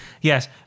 yes